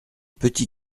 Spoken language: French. petit